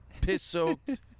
piss-soaked